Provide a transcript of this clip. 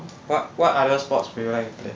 what what other sports do you like to play